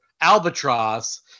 albatross